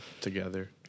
together